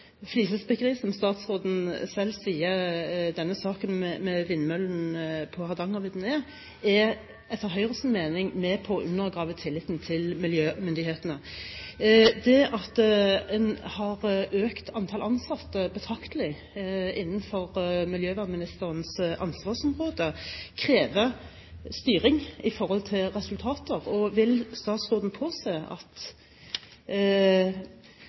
flisespikkeri som statsråden selv sier denne saken med vindmøllene på Hardangervidda er, etter Høyres mening er med på å undergrave tilliten til miljømyndighetene. Det at en har økt antallet ansatte betraktelig innenfor miljøvernministerens ansvarsområde, krever styring i forhold til resultater. Vil statsråden påse at